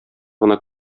гына